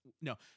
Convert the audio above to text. no